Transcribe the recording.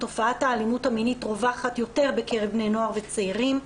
תופעת האלימות המינית רווחת יותר בקרב בני נוער וצעירים,